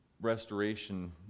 restoration